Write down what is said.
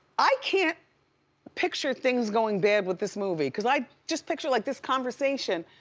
i can't picture things going bad with this movie cause i just picture like this conversation.